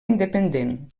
independent